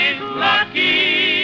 lucky